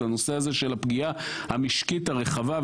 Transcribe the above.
לנושא הזה של הפגיעה המשקית הרחבה,